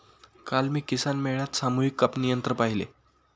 काल मी किसान मेळ्यात सामूहिक कापणी यंत्र पाहिले